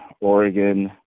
Oregon